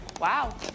Wow